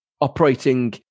operating